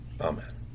Amen